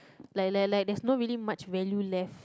like like like there's not really much value left